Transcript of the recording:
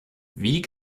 wie